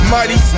Mighty